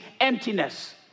emptiness